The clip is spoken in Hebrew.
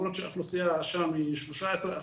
למרות שהאוכלוסייה שם היא 13%,